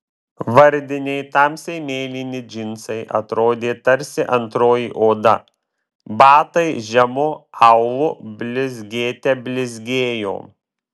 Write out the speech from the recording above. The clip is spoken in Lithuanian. vardiniai tamsiai mėlyni džinsai atrodė tarsi antroji oda batai žemu aulu blizgėte blizgėjo